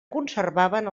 conservaven